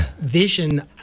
vision